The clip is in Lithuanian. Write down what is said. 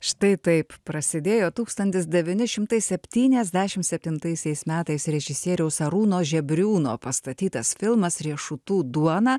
štai taip prasidėjo tūkstantis devyni šimtai septyniasdešimt septintaisiais metais režisieriaus arūno žebriūno pastatytas filmas riešutų duona